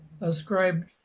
ascribed